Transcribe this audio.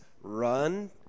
run